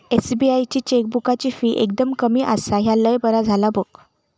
SBI ची चेकबुकाची fee एकदम कमी आसा, ह्या लय बरा झाला बघ